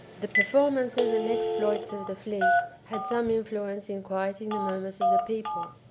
the performances and exploits of the fleet had some influence in quieting the murmurs of the people.